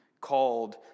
called